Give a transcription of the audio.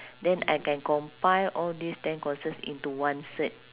then I can compile all these ten courses into one cert